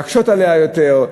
להקשות עליו יותר,